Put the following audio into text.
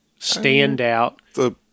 standout